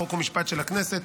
חוק ומשפט של הכנסת,